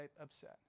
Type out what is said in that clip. upset